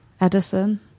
Edison